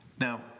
Now